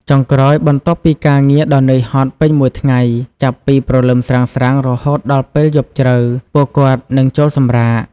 ចុងក្រោយ បន្ទាប់ពីការងារដ៏នឿយហត់ពេញមួយថ្ងៃចាប់ពីព្រលឹមស្រាងៗរហូតដល់ពេលយប់ជ្រៅ ពួកគាត់នឹងចូលសម្រាក។